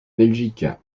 belgique